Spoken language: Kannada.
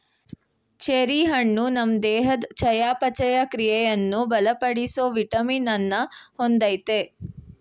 ಚೆರಿ ಹಣ್ಣು ನಮ್ ದೇಹದ್ ಚಯಾಪಚಯ ಕ್ರಿಯೆಯನ್ನು ಬಲಪಡಿಸೋ ವಿಟಮಿನ್ ಅನ್ನ ಹೊಂದಯ್ತೆ